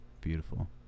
beautiful